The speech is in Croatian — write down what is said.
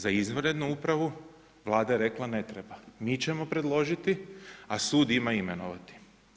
Za izvanrednu upravu Vlada je rekla ne treba, mi ćemo predložiti, a sud imenovati.